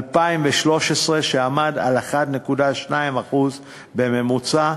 שעמד על 1.2%בממוצע,